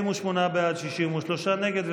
48 בעד, 63 נגד.